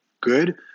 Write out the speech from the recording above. good